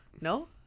No